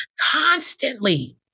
constantly